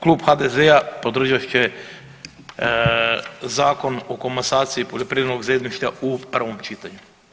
Klub HDZ-a podržat će Zakon o komasaciji poljoprivrednog zemljišta u prvom čitanju.